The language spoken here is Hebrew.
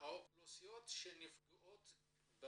לוועדה הגיע מידע על משפחות שרכשו דירה